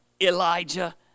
Elijah